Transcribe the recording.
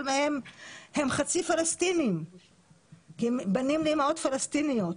מהם הם חצי פלסטינים כי הם בנים לאימהות פלסטיניות.